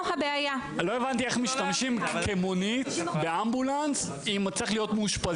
לא הבנתי איך משתמשים באמבולנס כמונית אם צריך להיות מאושפזים.